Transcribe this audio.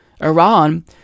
Iran